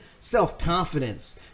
self-confidence